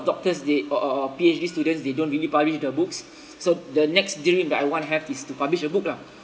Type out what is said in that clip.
doctors they or or or P_H_D students they don't really publish the books so the next dream that I want have is to publish a book lah